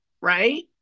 right